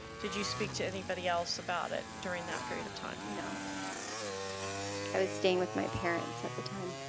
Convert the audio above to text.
did you speak to anybody else about it during that period of time? no. i was staying with my parents at the time.